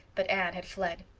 but anne had fled.